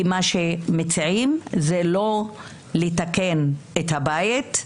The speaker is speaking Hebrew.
כי מה שהם מציעים זה לא לתקן את הבית,